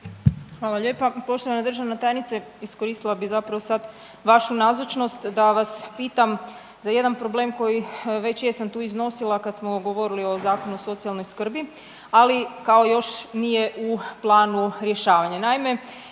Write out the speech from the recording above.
Hvala lijepa. Poštovana državna tajnice, iskoristila bi zapravo sad vašu nazočnost da vas pitam za jedan problem koji već jesam tu iznosila kad smo govorili o Zakonu o socijalnoj skrbi, ali kao još nije u planu rješavanja.